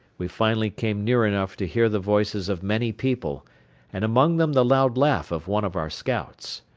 we finally came near enough to hear the voices of many people and among them the loud laugh of one of our scouts.